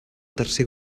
tercer